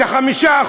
את ה-5%.